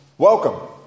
Welcome